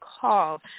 call